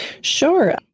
Sure